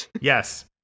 yes